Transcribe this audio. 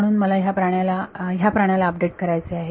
म्हणून मला ह्या प्राण्याला ह्या प्राण्याला अपडेट करायचे आहे